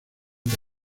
que